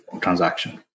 transaction